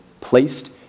placed